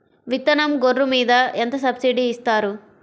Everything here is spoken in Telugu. విత్తనం గొర్రు మీద ఎంత సబ్సిడీ ఇస్తారు?